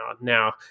Now